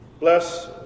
Bless